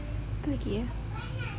apa lagi ya